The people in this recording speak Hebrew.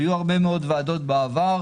היו הרבה מאוד ועדות בעבר,